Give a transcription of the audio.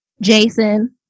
Jason